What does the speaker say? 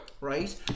right